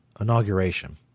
inauguration